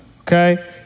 Okay